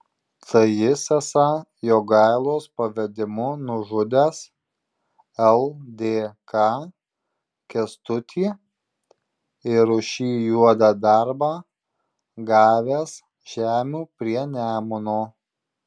tai jis esą jogailos pavedimu nužudęs ldk kęstutį ir už šį juodą darbą gavęs žemių prie nemuno